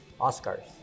Oscars